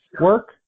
work